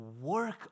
Work